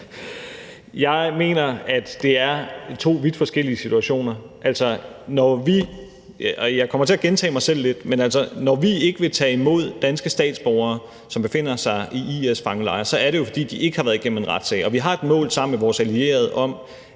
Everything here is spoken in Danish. Jeg mener, at det er to vidt forskellige situationer. Jeg kommer til at gentage mig selv lidt, men altså, når vi ikke vil tage imod danske statsborgere, som befinder sig i fangelejre med IS-fanger, er det jo, fordi de ikke har været igennem en retssag. Vi har et mål sammen med vores allierede om,